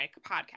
podcast